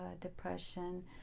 depression